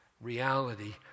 reality